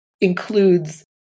includes